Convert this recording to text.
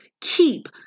keep